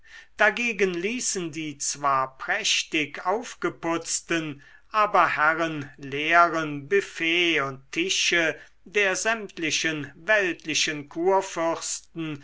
dagegen ließen die zwar prächtig aufgeputzten aber herrenleeren büffette und tische der sämtlichen weltlichen kurfürsten